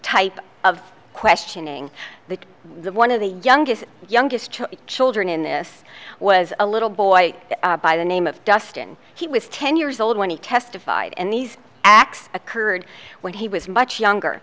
type of questioning the one of the youngest youngest children in this was a little boy by the name of justin he was ten years old when he testified and these acts occurred when he was much younger